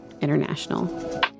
International